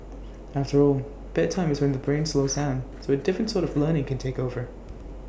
after all bedtime is when the brain slows down so A different sort of learning can take over